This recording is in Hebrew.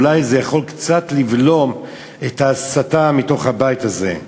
אולי זה יכול קצת לבלום את ההסתה מתוך הבית הזה.